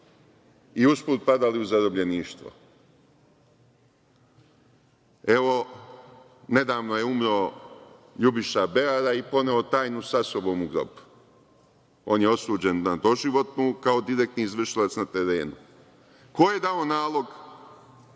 i usput padali u zarobljeništvo. Evo nedavno je umro LJubiša Beara i poneo tajnu sa sobom u grob. On je osuđen na doživotnu, kao direktni izvršitelj na terenu. Ko je dao nalog,